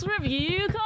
review